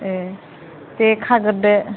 ए दे खाग्रोदो